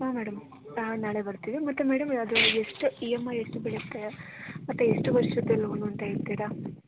ಹ್ಞೂ ಮೇಡಮ್ ನಾವು ನಾಳೆ ಬರ್ತೀವಿ ಮತ್ತು ಮೇಡಮ್ ಅದು ಎಷ್ಟು ಇ ಎಮ್ ಐ ಎಷ್ಟು ಬಿಳುತ್ತೆ ಮತ್ತು ಎಷ್ಟು ವರ್ಷದ್ದು ಲೋನು ಅಂತ ಹೇಳ್ತೀರಾ